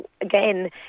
again